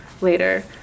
later